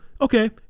okay